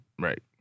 Right